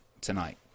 tonight